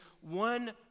one